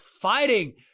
fighting